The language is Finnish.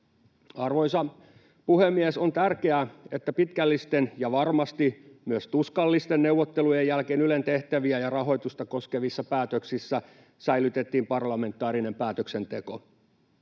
Arvoisa puhemies! On tärkeää, että pitkällisten ja varmasti myös tuskallisten neuvottelujen jälkeen Ylen tehtäviä ja rahoitusta koskevissa päätöksissä säilytettiin parlamentaarinen päätöksenteko.